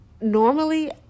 normally